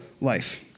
life